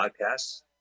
podcasts